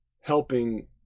helping